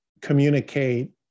communicate